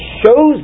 shows